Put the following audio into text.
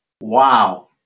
Wow